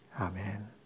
amen